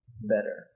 better